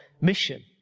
mission